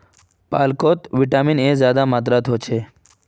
पालकोत vitamin A ज्यादा मात्रात होछे